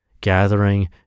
gathering